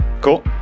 Cool